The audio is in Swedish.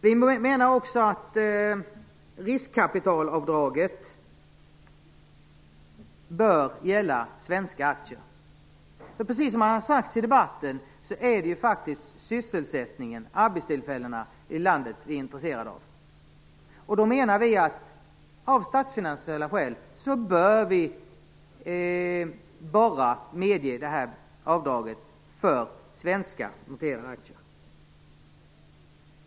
Vi menar också att riskkapitalavdraget bör gälla svenska aktier. Precis som har sagts i debatten är det faktiskt sysselsättningen, arbetstillfällena, i landet som vi är intresserade av. Då bör man, menar vi, av statsfinansiella skäl bara medge avdraget för svenska noterade aktier.